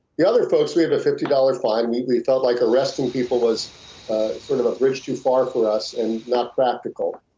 the other folks we have a fifty dollars fine, we we felt like arresting people was sort of a bridge too far for us, and not practical.